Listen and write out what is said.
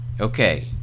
Okay